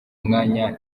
mwanya